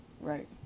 right